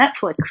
Netflix